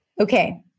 Okay